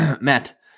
Matt